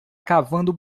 cavando